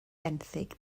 benthyg